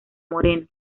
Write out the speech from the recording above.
moreno